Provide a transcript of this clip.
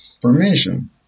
permission